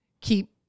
keep